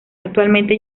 actualmente